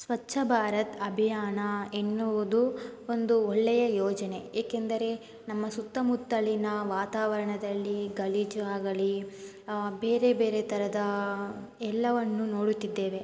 ಸ್ವಚ್ಛ ಭಾರತ್ ಅಭಿಯಾನ ಎನ್ನುವುದು ಒಂದು ಒಳ್ಳೆಯ ಯೋಜನೆ ಏಕೆಂದರೆ ನಮ್ಮ ಸುತ್ತಮುತ್ತಲಿನ ವಾತಾವರಣದಲ್ಲಿ ಗಲೀಜು ಆಗಲಿ ಬೇರೆ ಬೇರೆ ಥರದಾ ಎಲ್ಲವನ್ನು ನೋಡುತ್ತಿದ್ದೇವೆ